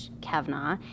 Kavanaugh